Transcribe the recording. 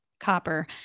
copper